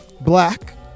Black